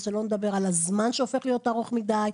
שלא לדבר על הזמן שהופך להיות ארוך מדי,